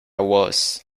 was